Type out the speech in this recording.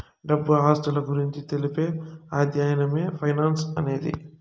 డబ్బు ఆస్తుల గురించి తెలిపే అధ్యయనమే ఫైనాన్స్ అనేది